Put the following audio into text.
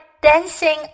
dancing